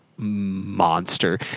monster